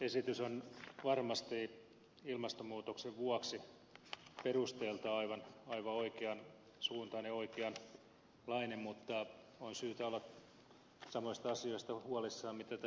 esitys on varmasti ilmastonmuutoksen vuoksi perusteeltaan aivan oikean suuntainen ja oikeanlainen mutta on syytä olla samoista asioista huolissaan mitä tässä ed